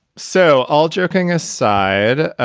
so all joking aside,